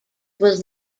was